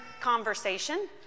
conversation